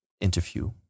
interview